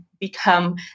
become